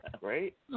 Right